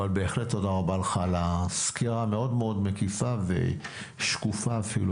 אבל בהחלט תודה רבה לך על הסקירה המאוד מאוד מקיפה ושקופה אפילו,